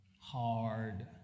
hard